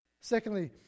Secondly